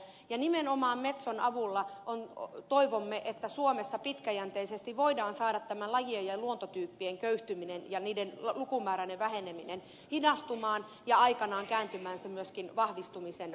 ja nimenomaan metson avulla toivomme että suomessa pitkäjänteisesti voidaan saada tämä lajien ja luontotyyppien köyhtyminen ja niiden lukumääräinen väheneminen hidastumaan ja aikanaan kääntymään myöskin vahvistumisen puolelle